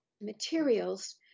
materials